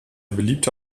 beliebte